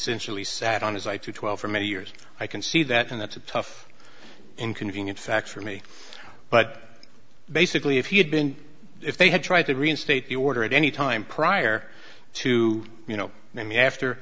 essentially sat on his i two twelve for many years i can see that and that's a tough inconvenient facts for me but basically if he had been if they had tried to reinstate the order at any time prior to you know maybe after